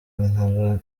nkora